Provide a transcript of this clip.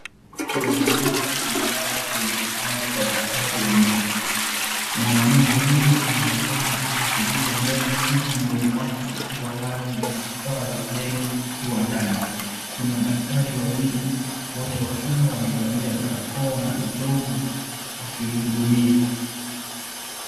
Mwanamke amelala kwenye kitanda wa daktari wa meno mwanamke huyu anainekana akitibiwa meno huku mdomo wake ikiwa wazi na vifaa vya meno vikiwa ndani. Kuna daktari wawili wote wakiwa wamevalia barakoa na glovu wote wakimhufumia.